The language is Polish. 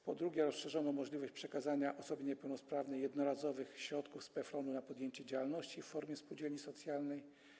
Po drugie, rozszerzono możliwość przekazania osobie niepełnosprawnej jednorazowych środków z PFRON-u na podjęcie działalności w formie spółdzielni socjalnej.